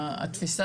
מנוקר.